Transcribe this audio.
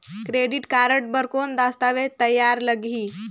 Credit card बर कौन दस्तावेज तैयार लगही?